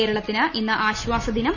കേരളത്തിന് ഇന്ന് ആശ്യാസദിനം